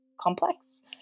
complex